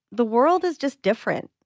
the world is just different.